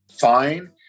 fine